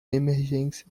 emergência